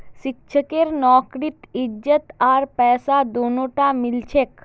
शिक्षकेर नौकरीत इज्जत आर पैसा दोनोटा मिल छेक